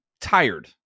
tired